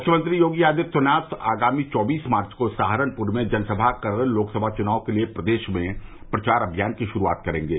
मुख्यमंत्री योगी आदित्यनाथ आगामी चौबीस मार्च को सहारनपुर में जनसभा कर लोकसभा चुनाव के लिए प्रदेश में प्रचार अभियान की शुरूआत करेंगे